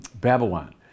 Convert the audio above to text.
babylon